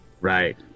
Right